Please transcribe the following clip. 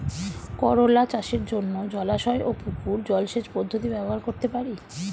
করোলা চাষের জন্য জলাশয় ও পুকুর জলসেচ পদ্ধতি ব্যবহার করতে পারি?